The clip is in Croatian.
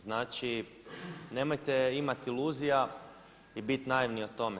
Znači nemojte imati iluzija i biti naivni o tome.